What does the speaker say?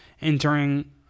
entering